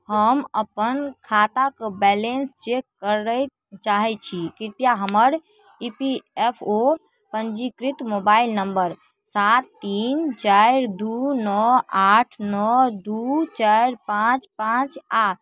हम अपन खाताके बैलेन्स चेक करय चाहैत छी कृपया हमर ई पी एफ ओ पञ्जीकृत मोबाइल नम्बर सात तीन चारि दू नओ आठ नओ दू चारि पाँच पाँच आ